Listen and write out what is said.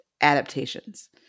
adaptations